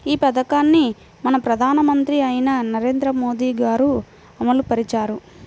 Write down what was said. ఈ పథకాన్ని మన ప్రధానమంత్రి అయిన నరేంద్ర మోదీ గారు అమలు పరిచారు